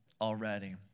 already